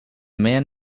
man